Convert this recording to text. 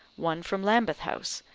one from lambeth house,